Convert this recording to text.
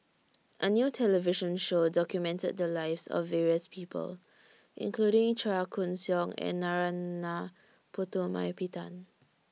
A New television Show documented The Lives of various People including Chua Koon Siong and Narana Putumaippittan